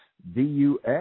dux